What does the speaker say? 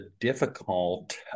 difficult